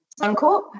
Suncorp